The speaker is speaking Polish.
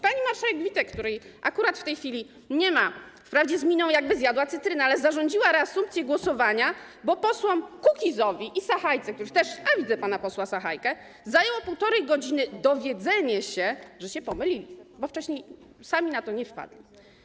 Pani marszałek Witek, której akurat w tej chwili nie ma, wprawdzie z miną, jakby zjadła cytrynę, ale zarządziła reasumpcję głosowania, bo posłom Kukizowi i Sachajce, których też nie ma - a widzę pana posła Sachajkę - zajęło półtorej godziny dowiedzenie się, że się pomylili, bo wcześniej sami na to nie wpadli.